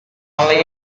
only